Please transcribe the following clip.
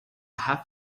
half